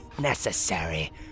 necessary